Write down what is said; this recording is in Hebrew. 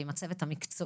עם הצוות המקצועי,